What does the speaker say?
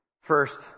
First